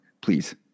please